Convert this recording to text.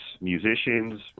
musicians